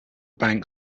bank